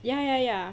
ya ya ya